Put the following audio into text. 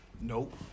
Nope